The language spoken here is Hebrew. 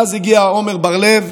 ואז הגיע עמר בר לב,